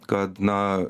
kad na